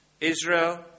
Israel